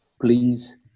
please